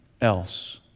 else